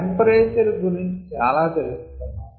temperature గురుంచి చాలా తెలుసుకున్నాము